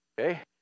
Okay